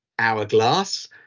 hourglass